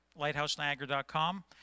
LighthouseNiagara.com